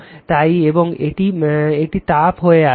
তাই এবং এটি তাপ হয়ে আসে